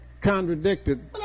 contradicted